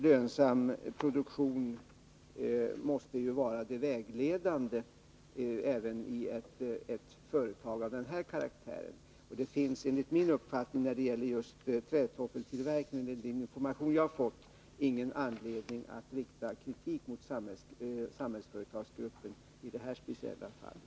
Lönsam produktion måste ju vara det vägledande även i ett företag av den här karaktären. När det gäller trätoffeltillverkningen finns det emellertid enligt min uppfattning och enligt den information jag har fått ingen anledning att rikta kritik mot Samhällsföretagsgruppen i det här speciella fallet.